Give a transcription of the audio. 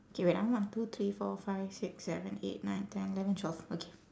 okay wait ah one two three four five six seven eight nine ten eleven twelve okay